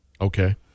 Okay